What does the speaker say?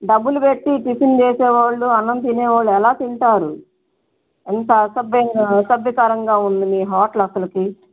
డబ్బులు పెట్టి టిఫిన్ చేసే వాళ్ళు అన్నం తినేవాళ్ళు ఎలా తింటారు ఇంత అసభ్యంగా అసభ్యకరంగా ఉంది మీ హోట్ల్ అసలు